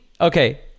okay